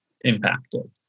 impacted